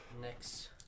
next